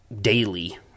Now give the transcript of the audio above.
daily